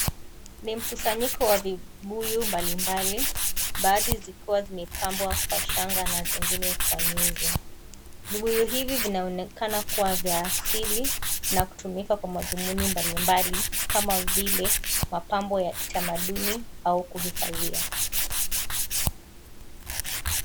Ni mkusanyiko wa vibuyu mbalimbali baadhi zikiwa zimepambwa kwa shanga na zingine kwa nyuzi, vibuyu hivi vinaonekana kuwa vya asili na kutumika kwa madhumuni mbalimbali kama vile mapambo ya kitamaduni au kuhifadhia.